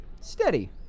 Steady